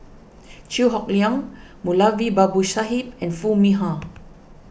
Chew Hock Leong Moulavi Babu Sahib and Foo Mee Har